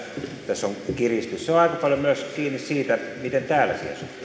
tässä on kiristys on aika paljon myös kiinni siitä miten täällä siihen suhtaudutaan